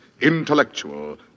intellectual